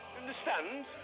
Understand